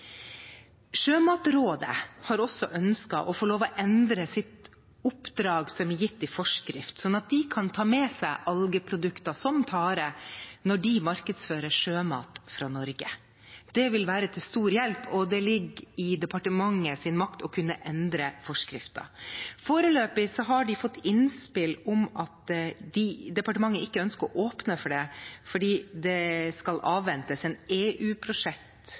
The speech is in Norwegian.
Sjømatrådet har også ønsket å få lov til å endre sitt oppdrag, som er gitt i forskrift, slik at de kan ta med seg algeprodukter, som tare, når de markedsfører sjømat fra Norge. Det vil være til stor hjelp, og det ligger i departementets makt å kunne endre forskriften. Foreløpig har de fått innspill om at departementet ikke ønsker å åpne for det fordi